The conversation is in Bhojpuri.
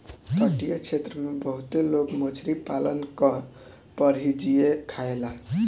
तटीय क्षेत्र में बहुते लोग मछरी पालन पर ही जिए खायेला